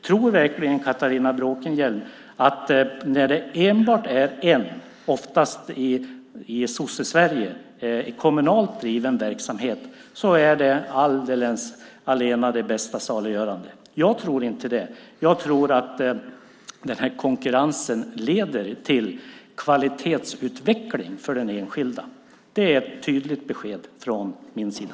Tror verkligen Catharina Bråkenhielm att det allena saliggörande är att det enbart finns en, vilket det oftast är i Sosse-Sverige, kommunalt driven verksamhet? Jag tror inte det. Jag tror att konkurrensen leder till kvalitetsutveckling för den enskilda. Det är ett tydligt besked från min sida.